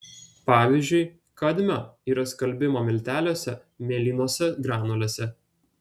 pavyzdžiui kadmio yra skalbimo milteliuose mėlynose granulėse